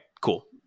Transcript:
cool